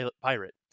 pirate